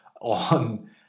on